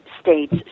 states